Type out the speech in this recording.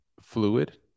fluid